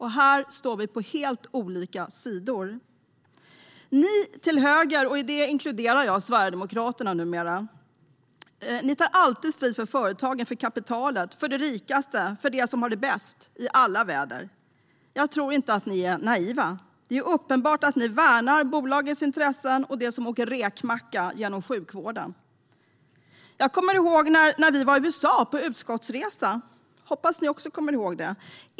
Här står vi på helt olika sidor. Ni till höger - och här inkluderar jag Sverigedemokraterna numera - tar i alla väder alltid strid för företagen, för kapitalet, för de rikaste, för dem som har det bäst. Jag tror inte att ni är naiva. Det är uppenbart att ni värnar bolagens intressen och de som åker räkmacka genom sjukvården. Jag kommer ihåg när vi var i USA på utskottsresa. Hoppas att ni också kommer ihåg det.